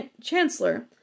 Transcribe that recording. chancellor